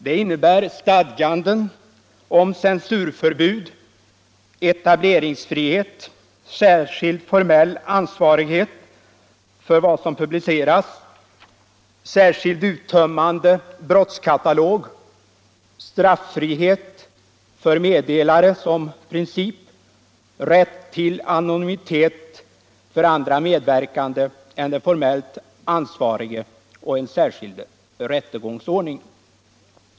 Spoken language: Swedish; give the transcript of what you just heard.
Det innebär stadganden om censurförbud, etableringsfrihet, särskild formell ansvarighet för vad som publiceras, särskilt uttömmande brottskatalog, straffrihet för meddelare som princip, rätt till anonymitet för andra medverkande än den formellt ansvarige, och en särskild rättegångsordning.